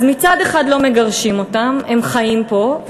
אז מצד אחד לא מגרשים אותם והם חיים פה,